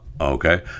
okay